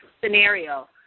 scenario